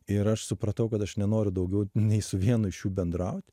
ir aš supratau kad aš nenoriu daugiau nei su vienu iš jų bendraut